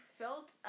felt